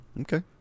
Okay